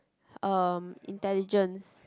um intelligence